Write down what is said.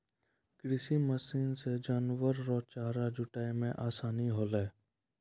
कृषि मशीन से जानवर रो चारा जुटाय मे आसानी होलै